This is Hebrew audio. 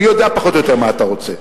אני יודע פחות או יותר מה אתה רוצה,